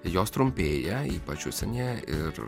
jos trumpėja ypač užsienyje ir